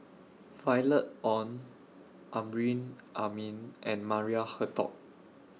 Violet Oon Amrin Amin and Maria Hertogh